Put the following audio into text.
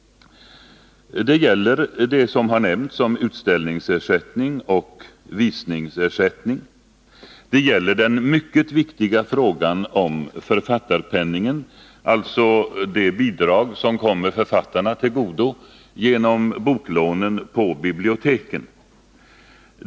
Det gäller det som har nämnts om utställningsersättning och visningsersättning, och det gäller den mycket viktiga frågan om författarpenningen, alltså det bidrag som kommer författarna till godo genom boklånen på biblioteken.